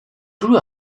grew